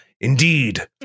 Indeed